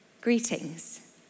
Greetings